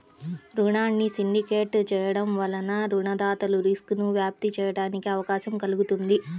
రుణాన్ని సిండికేట్ చేయడం వలన రుణదాతలు రిస్క్ను వ్యాప్తి చేయడానికి అవకాశం కల్గుతుంది